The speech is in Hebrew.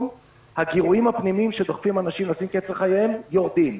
הגירויים הפנימיים שדוחפים אנשים לשים קץ לחייהם יורדים.